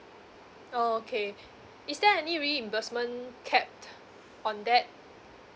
oh okay is there any reimbursement cap on that